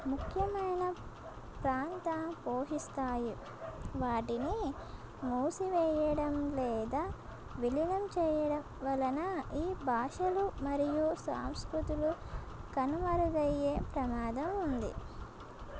ముఖ్యమైన పాత్ర పోషిస్తాయి వాటిని మోసి వెయ్యడం లేదా విలినం చెయ్యడం వలన ఈ భాషలు మరియు సంస్కృతులు కనుమరుగయ్యే ప్రమాదం ఉంది